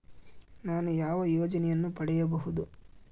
ನಾನು ಯಾವ ಯೋಜನೆಯನ್ನು ಪಡೆಯಬಹುದು?